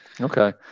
Okay